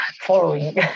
following